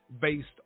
based